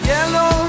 Yellow